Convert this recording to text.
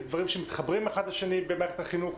אלה דברים שמתחברים האחד לשני במערכת חינוך.